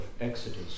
Exodus